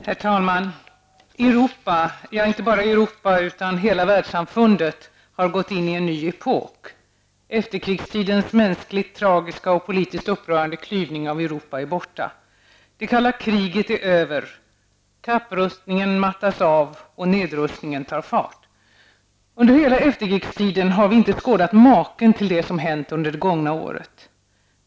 Herr talman! Europa -- ja, inte bara Europa utan hela Världssamfundet -- har gått in i en ny epok. Efterkrigstidens mänskligt tragiska och politiskt upprörande klyvning av Europa är borta. Det kalla kriget är över. Kapprustningen mattas av, och nedrustningen tar fart. Under hela efterkrigstiden har vi inte skådat maken till det som hänt under det gångna året.